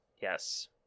Yes